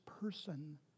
person